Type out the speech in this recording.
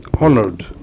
honored